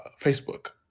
Facebook